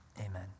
Amen